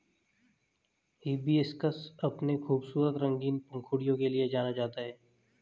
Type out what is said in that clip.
hibiscus अपनी खूबसूरत रंगीन पंखुड़ियों के लिए जाना जाता है